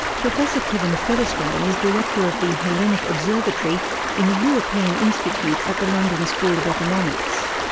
professor kevin featherstone is director of the hellenic observatory in the european institute at the london school of economics.